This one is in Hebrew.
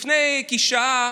לפני כשעה